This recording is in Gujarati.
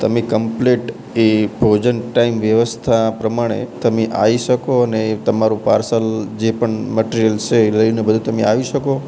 તમે કમ્પલેટ એ એ ભોજન ટાઇમ વ્યવસ્થા પ્રમાણે તમે આવી શકો અને એ તમારું પાર્સલ જે પણ મટ્રિયલ્સ છે એ લઇને બધું તમે આવી શકો